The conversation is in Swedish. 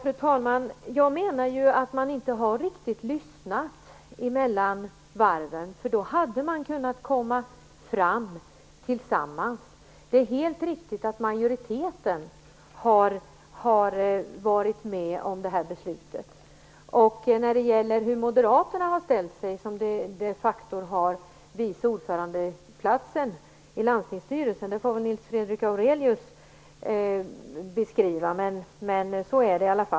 Fru talman! Jag menar att man mellan varven inte riktigt har lyssnat. Då hade man kunnat komma vidare tillsammans. Det är helt riktigt att majoriteten har varit med om det här beslutet. Hur Moderaterna, som har vice ordförande-posten i landstingsstyrelsen, har ställt sig får väl Nils Fredrik Aurelius beskriva.